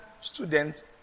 student